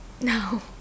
No